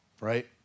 right